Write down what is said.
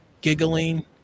giggling